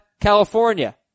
California